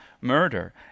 murder